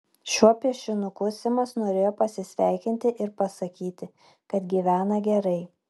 šiuo piešinuku simas norėjo pasisveikinti ir pasakyti kad gyvena gerai